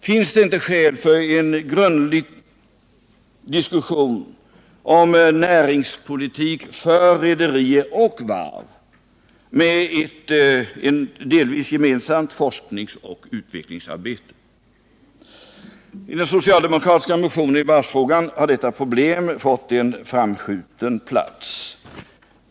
Finns det inte skäl för en grundlig diskussion om näringspolitik för rederi och varv med ett delvis gemensamt forskningsoch utvecklingsarbete? I den socialdemokratiska motionen i varvsfrågan har detta problem fått en framskjuten plats.